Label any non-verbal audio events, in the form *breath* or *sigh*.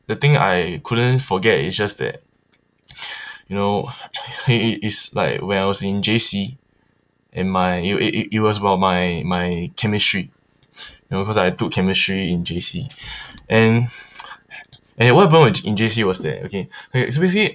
the thing I couldn't forget is just that *breath* you know it it it's like when I was in J_C and my it it it was about my my chemistry *breath* you know cause I took chemistry in J_C *breath* and and what happened was in J_C was that okay *noise* so basically